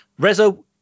Rezo